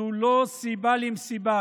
זו לא סיבה למסיבה,